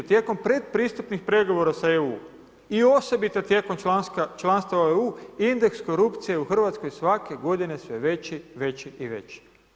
Tijekom predpristupnih pregovora sa EU i osobito tijekom članstva u EU indeks korupcije u RH svake godine sve veći, veći i veći.